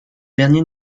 dernier